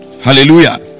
hallelujah